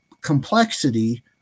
complexity